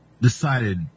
decided